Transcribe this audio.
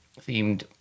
themed